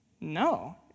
No